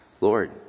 Lord